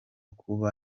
kuba